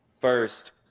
First